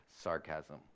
sarcasm